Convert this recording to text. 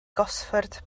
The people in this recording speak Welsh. gosford